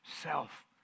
self